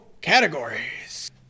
categories